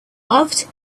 loved